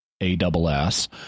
A-double-S